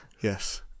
Yes